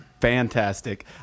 fantastic